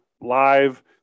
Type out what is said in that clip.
live